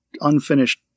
unfinished